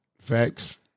Facts